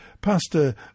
Pastor